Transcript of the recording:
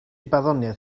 barddoniaeth